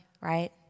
right